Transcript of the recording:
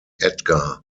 edgar